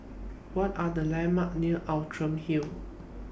What Are The landmarks near Outram Hill